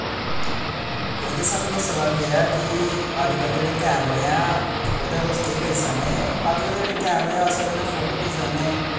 एह्दे च सानूं दसेआ गेआ ऐ कि अज्ज कल जेह्ड़े कैमरे ऐ ओह्दे नै तुस केह् करी सकने अज्ज कल दे जेह्ड़े कैमरे ऐ अस ओह्दे नै फोटो खिच्ची सकने